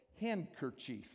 handkerchief